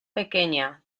pequeña